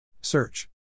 Search